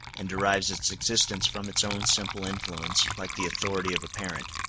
and derives its existence from its own simple influence, like the authority of a parent.